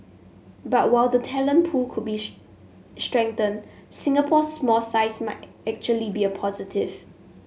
but while the talent pool could be strengthened Singapore's small size might actually be a positive